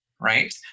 right